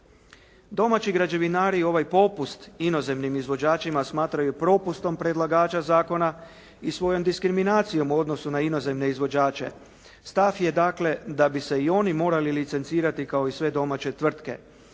Domaći građevinari ovaj popust inozemnim izvođačima smatraju propustom predlagača zakona i svojom diskriminacijom u odnosu na inozemne izvođače. Stav je dakle da bi se i oni morali licencirati kao i sve domaće tvrtke.